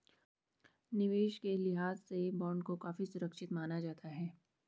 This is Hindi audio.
निवेश के लिहाज से बॉन्ड को काफी सुरक्षित माना जाता है